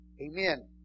amen